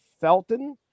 Felton